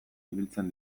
ibiltzen